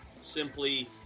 simply